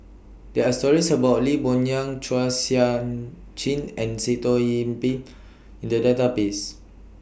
There Are stories about Lee Boon Yang Chua Sian Chin and Sitoh Yih Pin in The Database